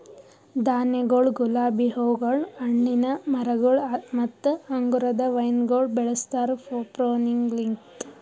ಧಾನ್ಯಗೊಳ್, ಗುಲಾಬಿ ಹೂಗೊಳ್, ಹಣ್ಣಿನ ಮರಗೊಳ್ ಮತ್ತ ಅಂಗುರದ ವೈನಗೊಳ್ ಬೆಳುಸ್ತಾರ್ ಪ್ರೂನಿಂಗಲಿಂತ್